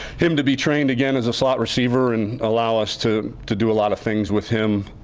him to be trained again as a slot receiver and allow us to to do a lot of things with him.